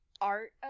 art